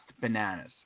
bananas